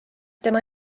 tema